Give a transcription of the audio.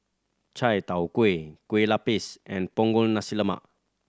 chai tow kway Kueh Lapis and Punggol Nasi Lemak